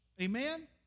Amen